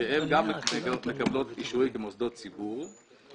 שהן גם מקבלות אישורים כמוסדות ציבור.